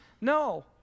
No